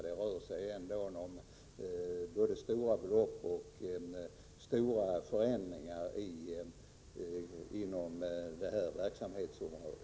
Det rör sig ändå om både stora belopp och genomgripande förändringar inom detta verksamhetsområde.